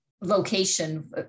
location